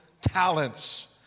talents